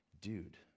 Dude